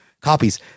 copies